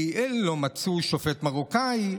כי הם לא מצאו שופט מרוקאי,